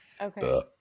Okay